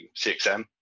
CXM